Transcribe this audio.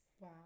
Wow